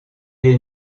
est